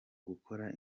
gukora